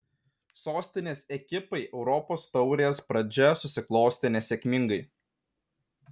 sostinės ekipai europos taurės pradžia susiklostė nesėkmingai